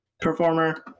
performer